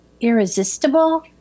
irresistible